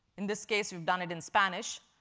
in this case, we've done it in spanish.